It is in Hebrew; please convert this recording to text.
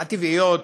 הטבעיות,